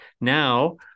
now